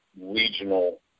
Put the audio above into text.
regional